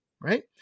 right